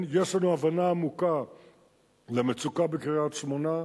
יש לנו הבנה עמוקה למצוקה בקריית-שמונה.